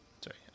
Sorry